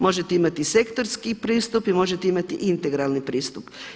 Možete imati i sektorski pristup i možete imati integralni pristup.